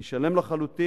אני שלם לחלוטין